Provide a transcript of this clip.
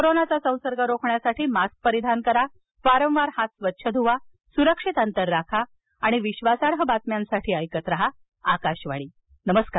कोरोनाचा संसर्ग रोखण्यासाठी मास्क परिधान करा वारंवार हात स्वच्छ धुवा सुरक्षित अंतर राखा आणि विश्वासार्ह बातम्यांसाठी ऐकत राहा आकाशवाणी नमस्कार